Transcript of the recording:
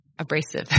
abrasive